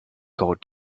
got